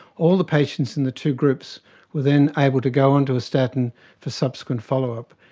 all the patients in the two groups were then able to go onto a statin for subsequent follow-up.